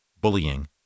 bullying